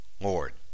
Lord